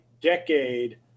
decade